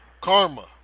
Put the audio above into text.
Karma